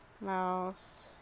Mouse